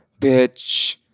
bitch